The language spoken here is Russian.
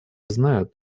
знают